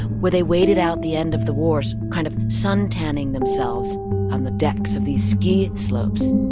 where they waited out the end of the wars kind of suntanning themselves on the decks of these ski slopes